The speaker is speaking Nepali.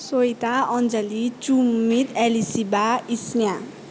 श्वेता अन्जली चुङमित एलिसिबा स्नेहा